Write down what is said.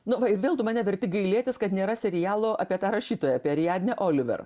nu va ir vėl tu mane verti gailėtis kad nėra serialo apie tą rašytoją apie ariadnę oliver